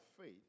faith